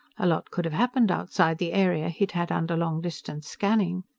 a lot could have happened outside the area he'd had under long-distance scanning.